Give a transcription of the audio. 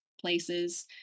places